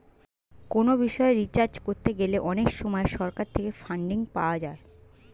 কোনো বিষয়ে রিসার্চ করতে গেলে অনেক সময় সরকার থেকে ফান্ডিং পাওয়া যায়